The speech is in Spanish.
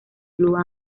blue